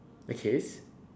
which is